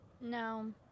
No